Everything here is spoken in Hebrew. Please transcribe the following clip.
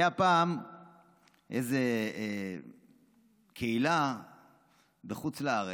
הייתה פעם איזה קהילה בחוץ לארץ,